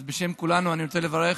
אז בשם כולנו אני רוצה לברך